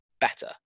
better